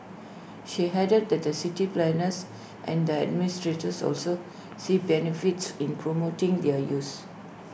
she added that the city planners and the administrators also see benefits in promoting their use